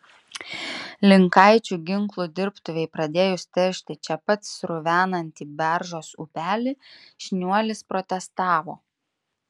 linkaičių ginklų dirbtuvei pradėjus teršti čia pat sruvenantį beržos upelį šniuolis protestavo